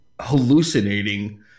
hallucinating